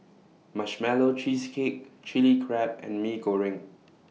Marshmallow Cheesecake Chili Crab and Mee Goreng